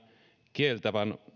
kiellettävän